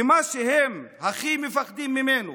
מה שהם הכי מפחדים ממנו